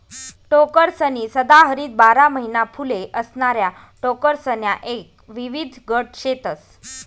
टोकरसनी सदाहरित बारा महिना फुले असणाऱ्या टोकरसण्या एक विविध गट शेतस